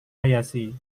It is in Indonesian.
hayashi